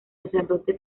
sacerdote